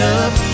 up